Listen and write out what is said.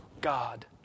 God